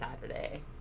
saturday